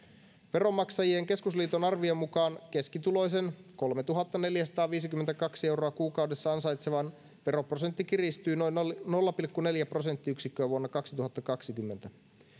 veronmaksajain keskusliiton arvion mukaan keskituloisen kolmetuhattaneljäsataaviisikymmentäkaksi euroa kuukaudessa ansaitsevan veroprosentti kiristyy noin nolla pilkku neljä prosenttiyksikköä vuonna kaksituhattakaksikymmentä